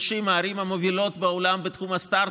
הערים המובילות בעולם בתחום הסטרטאפ.